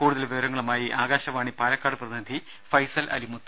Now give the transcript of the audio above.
കൂടുതൽ വിവരങ്ങളുമായി ആകാശവാണി പാലക്കാട് പ്രതിനിധി ഫൈസൽ അലിമുത്ത്